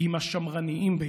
עם השמרניים ביותר.